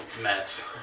mess